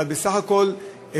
אבל בסך הכול,